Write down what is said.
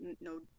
No